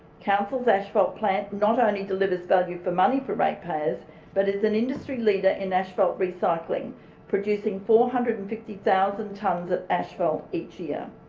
council's asphalt plant not only delivers value for money for rate payers but it's an industry leader in asphalt recycling producing four hundred and fifty thousand tonnes of asphalt each year.